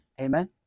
amen